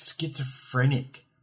schizophrenic